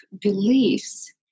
beliefs